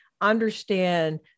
understand